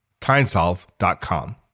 TimeSolve.com